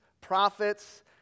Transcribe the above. prophets